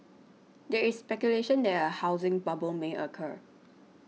there is speculation that a housing bubble may occur